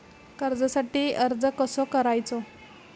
कर्जासाठी अर्ज कसो करायचो?